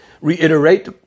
reiterate